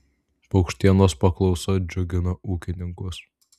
paukštienos paklausa džiugina ūkininkus